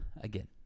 again